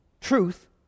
Truth